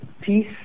peace